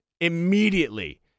immediately